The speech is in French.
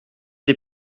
des